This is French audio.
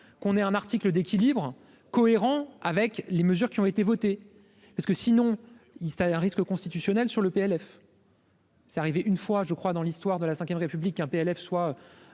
qu'on ait un article d'équilibre cohérent avec les mesures qui ont été votées, parce que sinon il s'un risque constitutionnel sur le PLF. C'est arrivé une fois, je crois, dans l'histoire de la Ve République un PLF soit